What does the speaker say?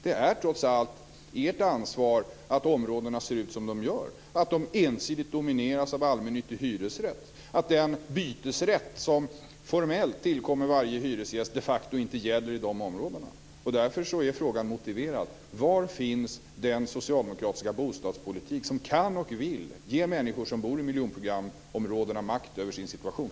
Det är trots allt ert ansvar att områdena ser ut som de gör, att de ensidigt domineras av allmännyttig hyresrätt och att den bytesrätt som formellt tillkommer varje hyresgäst de facto inte gäller i dessa områden. Därför är frågan motiverad: Var finns den socialdemokratiska bostadspolitik som kan och vill ge människor som bor i miljonprogramsområdena makt över sin situation?